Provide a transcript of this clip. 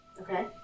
Okay